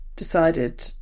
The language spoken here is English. decided